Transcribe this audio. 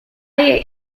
ate